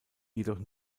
jedoch